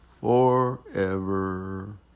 forever